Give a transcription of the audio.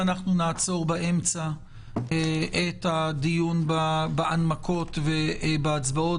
שנעצור באמצע את הדיון בהנמקות ובהצבעות,